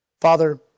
Father